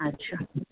ଆଚ୍ଛା